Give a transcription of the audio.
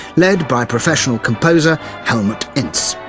led by professional composer helmut inz.